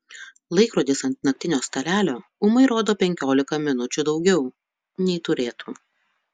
laikrodis ant naktinio stalelio ūmai rodo penkiolika minučių daugiau nei turėtų